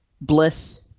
bliss